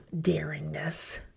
daringness